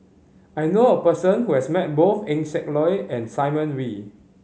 I know a person who has met both Eng Siak Loy and Simon Wee